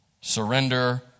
Surrender